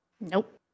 Nope